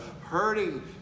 hurting